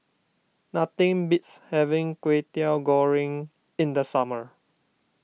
nothing beats having Kwetiau Goreng in the summer